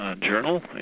Journal